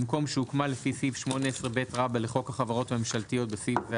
במקום "שהוקמה לפי סעיף 18ב לחוק החברות הממשלתיות (בסעיף זה,